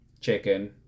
chicken